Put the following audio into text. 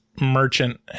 merchant